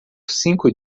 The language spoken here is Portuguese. cinco